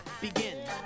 begin